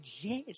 yes